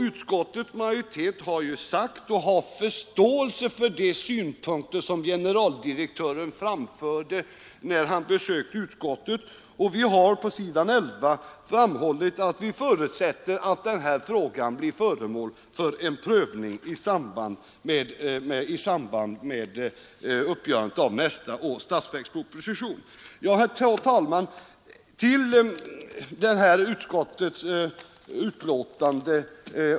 Utskottets majoritet har förståelse för de synpunkter som generaldirektören framförde när han besökte utskottet. Vi har på s. 11 framhållit att vi förutsätter att denna fråga blir föremål för en prövning i samband med uppgörandet av nästa års statsverksproposition. Herr talman!